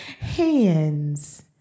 hands